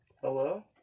Hello